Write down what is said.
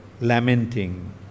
lamenting